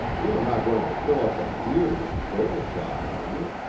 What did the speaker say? you are not going to fill up a deer with quail shot, are you